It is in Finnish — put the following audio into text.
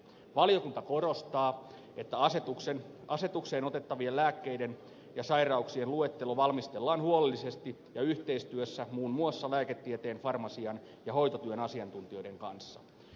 valiokunta korostaa että asetukseen otettavien lääkkeiden ja sairauksien luettelo valmistellaan huolellisesti ja yhteistyössä muun muassa lääketieteen farmasian ja hoitotyön asiantuntijoiden kanssa